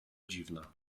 dziwna